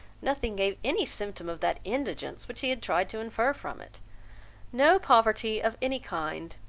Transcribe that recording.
nothing gave any symptom of that indigence which he had tried to infer from it no poverty of any kind,